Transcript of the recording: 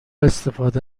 استفاده